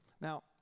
Now